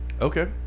Okay